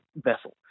vessel